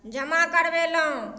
जमा करबेलहुॅं